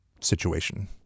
situation